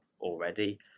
already